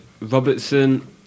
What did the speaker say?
Robertson